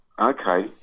Okay